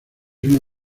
una